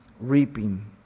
reaping